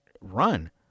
run